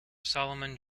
solomon